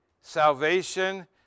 salvation